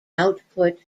output